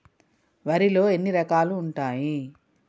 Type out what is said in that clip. వరిలో ఎన్ని రకాలు ఉంటాయి?